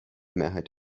mehrheit